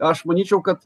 aš manyčiau kad